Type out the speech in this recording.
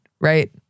right